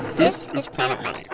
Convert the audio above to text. this and is planet money and